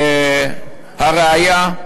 והראיה,